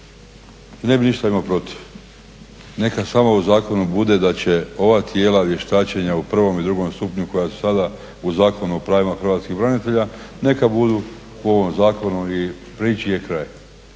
Ne bih ništa imao protiv, neka samo u zakonu bude da će ova tijela vještačenja u prvom i drugom stupnju, koja su sada u Zakonu o pravima hrvatskih branitelja, neka budu u ovom zakonu i priči je kraj.